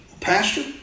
Pastor